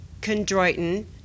chondroitin